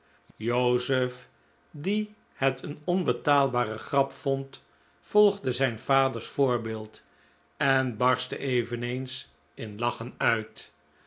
joseph die het een onbetaalbare grap vond volgde zijn vaders voorbeeld en barstte eveneens in lachen uit